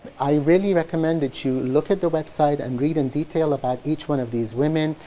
i really recommend that you look at the website and read in detail about each one of these women.